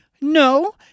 No